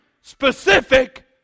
specific